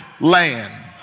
land